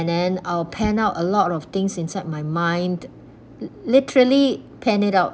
and then I'll pan out a lot of things inside my mind literally pan it out